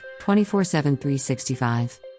24-7-365